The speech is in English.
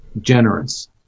generous